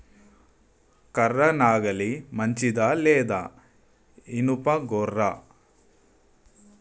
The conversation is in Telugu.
కర్ర నాగలి మంచిదా లేదా? ఇనుప గొర్ర?